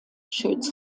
shirts